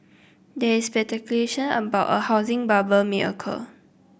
there is speculation about a housing bubble may occur